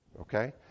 okay